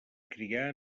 criar